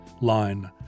line